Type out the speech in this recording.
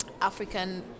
African